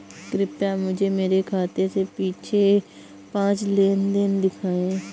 कृपया मुझे मेरे खाते से पिछले पाँच लेन देन दिखाएं